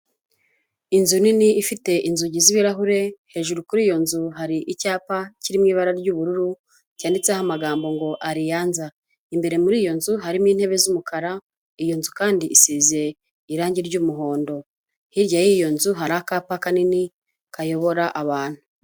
Inzu nini ifite inzugi z'ibirahure hejuru kuri iyo nzu hari icyapa kiri mu ibara ry'ubururu cyanditseho amagambo ngo ariyanza, imbere muri iyo nzu harimo intebe z'umukara, iyo nzu kandi isize irangi ry'umuhondo, hirya y'iyo nzu hari akapa kanini kayobora abantu.